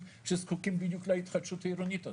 שזקוקים בדיוק להתחדשות העירונית הזאת.